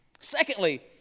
Secondly